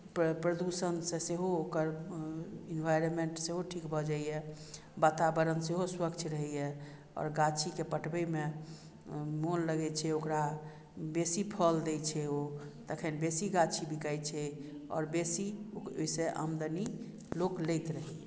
प्रदूषणसँ सेहो ओकर एनवायरनमेंट सेहो ठीक भऽ जाइए वातावरण सेहो स्वच्छ रहैए आओर गाछीके पटबैमे मोन लगैत छै ओकरा बेसी फल दैत छै ओ तखन बेसी गाछी बिकाइत छै आओर बेसी ओहिसँ आमदनी लोक लैत रहैए